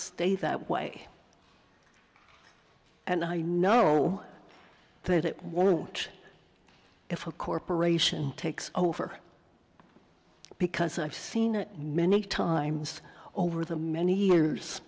stay that way and i know that it won't if a corporation takes over because i've seen it many times over the many years